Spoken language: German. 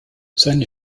seine